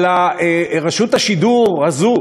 אבל רשות השידור הזאת,